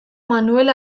manuel